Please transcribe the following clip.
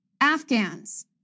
Afghans